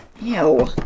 Ew